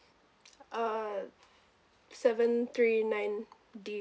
uh seven three nine D